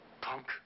punk